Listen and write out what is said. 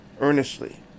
earnestly